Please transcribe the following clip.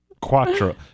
quattro